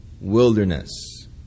wilderness